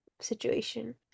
situation